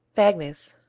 bagnes,